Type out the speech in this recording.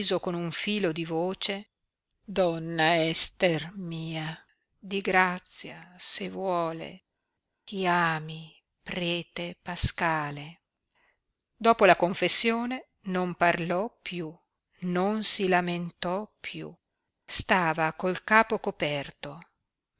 con un filo di voce donna ester mia di grazia se vuole chiami prete paskale dopo la confessione non parlò piú non si lamentò piú stava col capo coperto